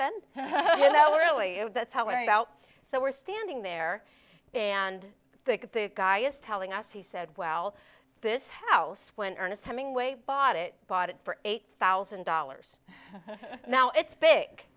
know really that's what i'm about so we're standing there and the guy is telling us he said well this house when ernest hemingway bought it bought it for eight thousand dollars now it's big